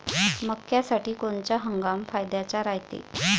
मक्क्यासाठी कोनचा हंगाम फायद्याचा रायते?